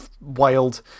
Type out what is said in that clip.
wild